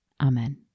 Amen